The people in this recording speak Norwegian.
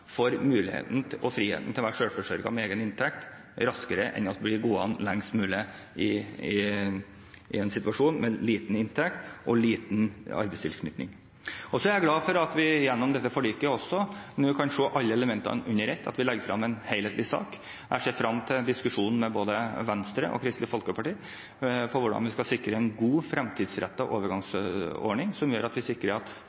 får muligheten og friheten til å være selvforsørget med egen inntekt raskere, enn at de blir gående lengst mulig i en situasjon med liten inntekt og liten arbeidstilknytning. Så er jeg glad for at vi gjennom dette forliket også nå kan se alle elementene under ett, at vi legger frem en helhetlig sak. Jeg ser frem til diskusjonen med både Venstre og Kristelig Folkeparti om hvordan vi skal sikre en god fremtidsrettet overgangsordning som gjør at